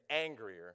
angrier